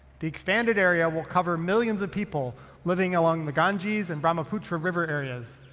the expanded area will cover millions of people living along the ganges and brahmaputra river areas.